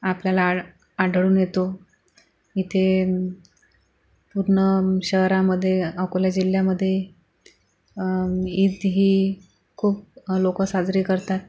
आपल्याला आ आढळून येतो इथे पूर्ण शहरामधे अकोला जिल्ह्यामध्ये ईद ही खूप लोक साजरी करतात